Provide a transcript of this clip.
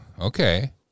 okay